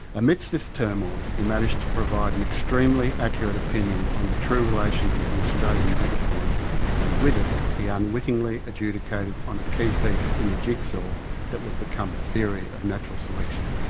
amidst this turmoil he managed to provide an extremely accurate opinion on the true relations of the australian megafauna and with it he unwittingly adjudicated on a key piece in the jigsaw that would become the theory of natural selection.